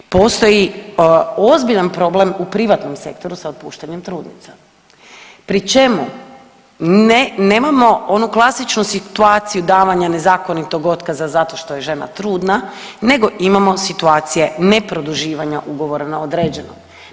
Postoji ozbiljan problem u privatnom sektoru sa otpuštanjem trudnica pri čemu ne, nemojmo onu klasičnu situaciju davanja nezakonitog otkaza zato što je žena trudna nego imamo situacije ne produživanja ugovora na određeno.